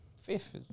Fifth